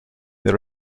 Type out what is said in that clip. the